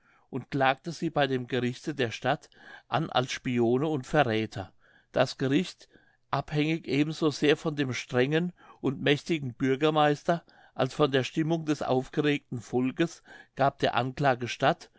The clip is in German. und klagte sie bei dem gerichte der stadt an als spione und verräther das gericht abhängig eben so sehr von dem strengen und mächtigen bürgermeister als von der stimmung des aufgeregten volkes gab der anklage